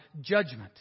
judgment